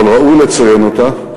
אבל ראוי לציין אותה.